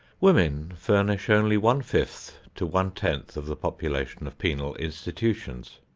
women furnish only one-fifth to one-tenth of the population of penal institutions.